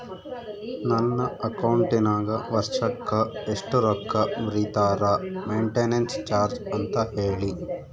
ನನ್ನ ಅಕೌಂಟಿನಾಗ ವರ್ಷಕ್ಕ ಎಷ್ಟು ರೊಕ್ಕ ಮುರಿತಾರ ಮೆಂಟೇನೆನ್ಸ್ ಚಾರ್ಜ್ ಅಂತ ಹೇಳಿ?